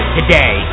Today